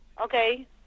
Okay